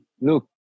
Look